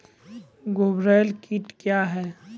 गुबरैला कीट क्या हैं?